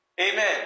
Amen